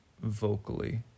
vocally